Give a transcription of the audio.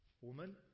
Woman